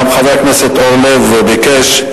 גם חבר הכנסת אורלב ביקש.